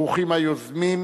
ברוכים היוזמים.